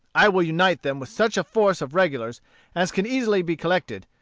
i will unite them with such a force of regulars as can easily be collected,